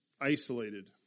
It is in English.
isolated